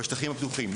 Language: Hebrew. בשטחים הפתוחים,